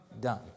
done